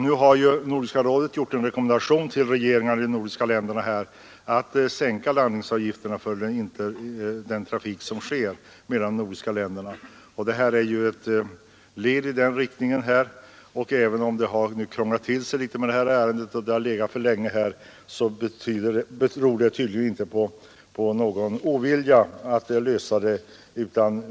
Nu har ju Nordiska rådet gjort en rekommendation till regeringarna om att sänka landningsavgifterna för den trafik som går mellan de nordiska länderna. Det här är ett led i en sådan utveckling. Även om det har krånglat till sig litet med detta ärende och det har legat för länge, beror det tydligen inte på någon ovilja att lösa problemet.